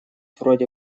вроде